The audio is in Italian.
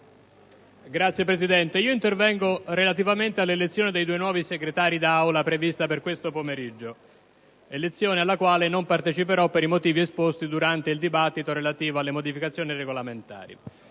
Signor Presidente, intervengo relativamente all'elezione dei due nuovi senatori Segretari d'Aula prevista per questo pomeriggio, elezione alla quale non parteciperò, per i motivi esposti durante il dibattito sulle modifiche regolamentari.